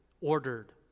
ordered